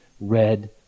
red